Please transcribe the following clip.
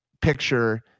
picture